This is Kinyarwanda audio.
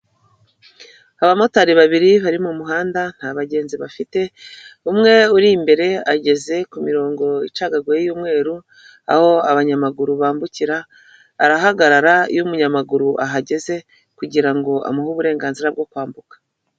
Abamotari babiri bari mu muhanda, nta bagenzi bafite, umwe uri imbere ageze ku mirongo icagaguye y'umweru, aho abanyamaguru bambukira, arahagarara iyo umunyamaguru ahageze kugira ngo amuhe uburenganzira bwo kwambuka.